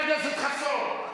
חבר הכנסת חסון.